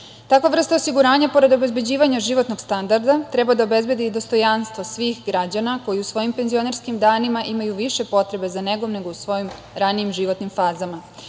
kraju. Takva vrsta osiguranja, pored obezbeđivanja životnog standarda, treba da obezbedi dostojanstvo svih građana koji u svojim penzionerskim danima imaju više potrebe za negom, nego u svojim radnijim životnim fazama.